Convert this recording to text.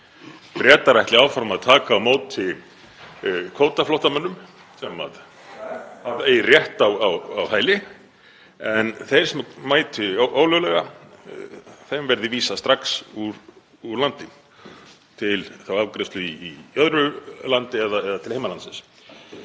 Bretar ætli áfram að taka á móti kvótaflóttamönnum sem eigi rétt á hæli en þeim sem mæti ólöglega verði vísað strax úr landi til afgreiðslu í öðru landi eða til heimalandsins.